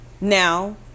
Now